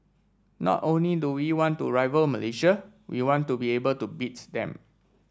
not only do we want to rival Malaysia we want to be able to beats them